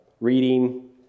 reading